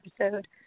episode